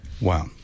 Wow